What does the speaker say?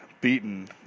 beaten